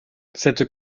cette